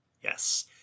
Yes